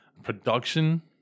production